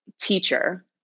teacher